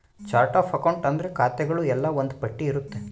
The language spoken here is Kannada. ಚಾರ್ಟ್ ಆಫ್ ಅಕೌಂಟ್ ಅಂದ್ರೆ ಖಾತೆಗಳು ಎಲ್ಲ ಒಂದ್ ಪಟ್ಟಿ ಇರುತ್ತೆ